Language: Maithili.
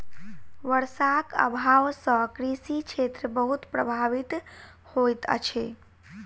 वर्षाक अभाव सॅ कृषि क्षेत्र बहुत प्रभावित होइत अछि